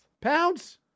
Pounds